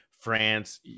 France